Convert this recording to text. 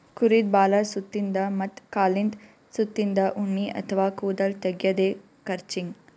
ಕುರಿದ್ ಬಾಲದ್ ಸುತ್ತಿನ್ದ ಮತ್ತ್ ಕಾಲಿಂದ್ ಸುತ್ತಿನ್ದ ಉಣ್ಣಿ ಅಥವಾ ಕೂದಲ್ ತೆಗ್ಯದೆ ಕ್ರಚಿಂಗ್